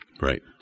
Right